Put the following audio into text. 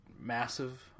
massive